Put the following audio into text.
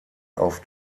auf